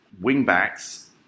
wing-backs